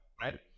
right